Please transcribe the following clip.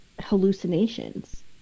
hallucinations